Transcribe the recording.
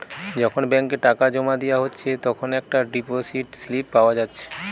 যখন ব্যাংকে টাকা জোমা দিয়া হচ্ছে তখন একটা ডিপোসিট স্লিপ পাওয়া যাচ্ছে